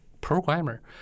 programmer